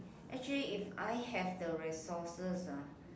actually if I have the resources ah